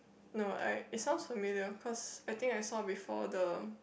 no I it sounds familiar cause I think I saw before the